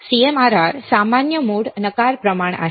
CMRR सामान्य mode नकार प्रमाण आहे